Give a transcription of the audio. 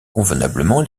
convenablement